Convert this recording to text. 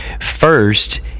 First